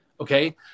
Okay